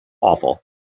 awful